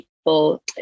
people